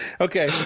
Okay